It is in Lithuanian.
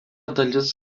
dalis